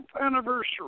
anniversary